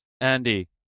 Andy